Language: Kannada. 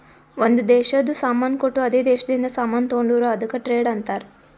ಒಂದ್ ದೇಶದು ಸಾಮಾನ್ ಕೊಟ್ಟು ಅದೇ ದೇಶದಿಂದ ಸಾಮಾನ್ ತೊಂಡುರ್ ಅದುಕ್ಕ ಟ್ರೇಡ್ ಅಂತಾರ್